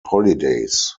holidays